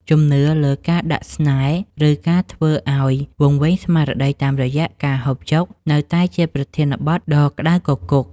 ជំនឿលើការដាក់ស្នេហ៍ ឬការធ្វើឱ្យវង្វេងស្មារតីតាមរយៈការហូបចុកនៅតែជាប្រធានបទដ៏ក្តៅគគុក។